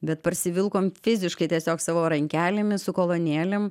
bet parsivilkom fiziškai tiesiog savo rankelėmis su kolonėlėm